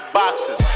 boxes